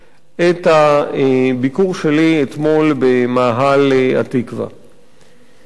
את הביקור שלי אתמול במאהל התקווה,